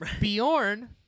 Bjorn